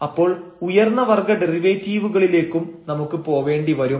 അപ്പോൾ ഉയർന്ന വർഗ്ഗ ഡെറിവേറ്റീവുകളിലേക്കും നമുക്ക് പോവേണ്ടി വരും